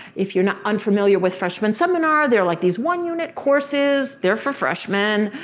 if you're unfamiliar with freshman seminar, they're like these one unit courses. they're for freshman.